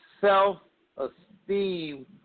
self-esteem